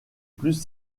plus